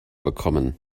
bekommen